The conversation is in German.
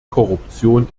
korruption